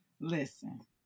Listen